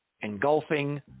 engulfing